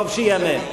טוב שייאמר.